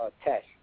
test